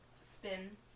spin